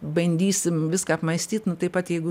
bandysim viską apmąstyt nu taip pat jeigu